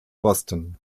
boston